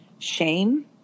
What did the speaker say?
shame